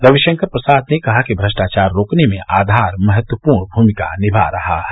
रविशंकर प्रसाद ने कहा कि भ्रष्टाचार रोकने में आधार महत्वपूर्ण भूमिका निभा रहा है